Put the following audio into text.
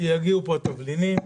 יגיעו לפה התבלינים,